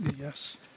yes